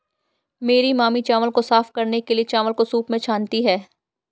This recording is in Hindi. मेरी मामी चावल को साफ करने के लिए, चावल को सूंप में छानती हैं